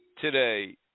today